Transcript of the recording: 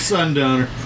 Sundowner